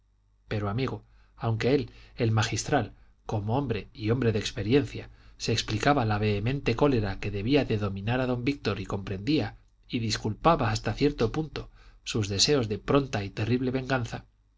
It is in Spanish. pero amigo aunque él el magistral como hombre y hombre de experiencia se explicaba la vehemente cólera que debía de dominar a don víctor y comprendía y disculpaba hasta cierto punto sus deseos de pronta y terrible venganza